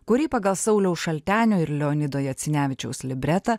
kurį pagal sauliaus šaltenio ir leonido jacinevičiaus libretą